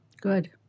Good